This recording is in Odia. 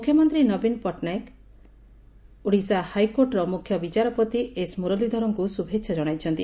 ମୁଖ୍ୟମନ୍ତୀ ନବୀନ ପଟ୍ଟନାୟକ ଓଡ଼ିଶା ହାଇକୋର୍ଟର ମୁଖ୍ୟ ବିଚାରପତି ଏସ୍ ମୁରଲୀଧରଙ୍କୁ ଶୁଭେଛା ଜଣାଇଛନ୍ତି